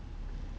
really